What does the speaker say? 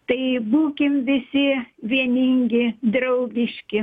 tai būkim visi vieningi draugiški